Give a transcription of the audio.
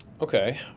Okay